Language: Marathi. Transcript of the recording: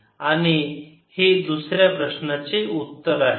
आणि हे दुसऱ्या प्रश्नाचे उत्तर आहे